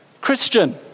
Christian